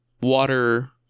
water